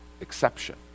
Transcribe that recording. exception